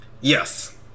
Yes